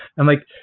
i'm like,